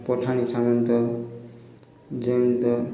Pathani Samanta Jayant